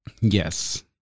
Yes